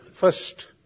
first